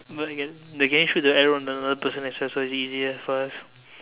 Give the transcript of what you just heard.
but again they can shoot the arrow on another person as so it's easier for us